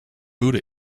buddha